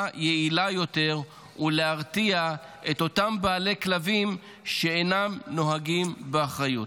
יעילה יותר ולהרתיע את אותם בעלי כלבים שאינם נוהגים באחריות.